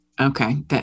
Okay